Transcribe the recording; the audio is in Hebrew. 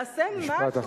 תעשה משהו,